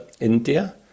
India